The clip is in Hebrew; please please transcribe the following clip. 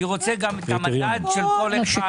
אני רוצה גם את המדד של כל אחד,